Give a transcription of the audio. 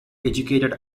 educated